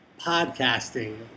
podcasting